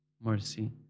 mercy